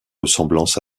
ressemblance